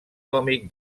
còmic